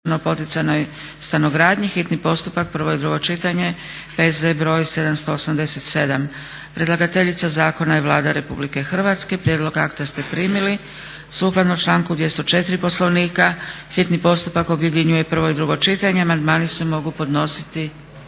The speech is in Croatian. poticajnoj stanogradnji, hitni postupak, prvo i drugo čitanje, P.Z. br. 787; Predlagateljica zakona je Vlada Republike Hrvatske. Prijedlog akta ste primili. Sukladno članku 204. Poslovnika hitni postupak objedinjuje prvo i drugo čitanje. Amandmani se mogu podnositi,